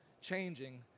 changing